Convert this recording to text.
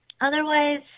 Otherwise